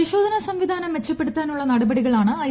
പരിശോധന സംവിധാനം മെച്ചപ്പെടുത്താനുള്ള നടപടികളാണ് ഐ